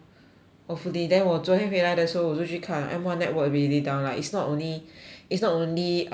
hopefully then 我昨天回来的时后我就去看 M one network really down lah it's not only it's not only err